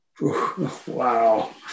Wow